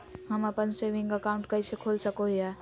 हम अप्पन saving account कइसे खोल सको हियै?